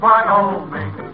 Wyoming